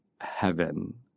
heaven